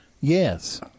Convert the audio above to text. Yes